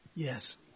Yes